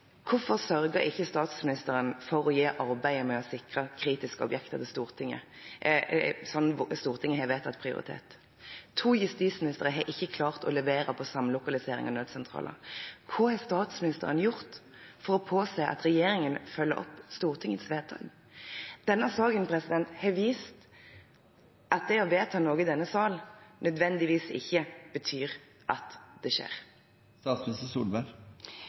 Hvorfor sørget ikke statsministeren for å gi arbeidet med å sikre kritiske objekter prioritet, slik som Stortinget har vedtatt? To justisministre har ikke klart å levere på samlokalisering av nødsentraler. Hva har statsministeren gjort for å påse at regjeringen følger opp Stortingets vedtak? Denne saken har vist at det å vedta noe i denne salen, ikke nødvendigvis betyr at det